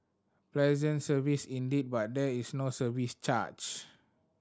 pleasant service indeed but there is no service charge